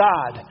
God